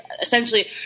essentially